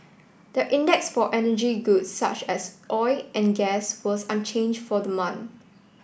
the index for energy goods such as oil and gas was unchanged for the month